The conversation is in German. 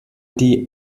die